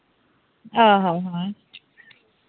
ᱚ ᱦᱚᱸ ᱦᱳᱭ